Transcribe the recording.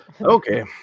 Okay